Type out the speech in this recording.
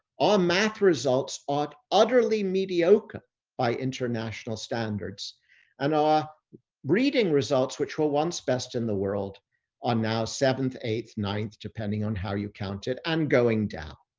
our math results are utterly mediocre by international standards and our reading results, which were once best in the world on now, seventh, eighth, ninth, depending on how you count it and going down.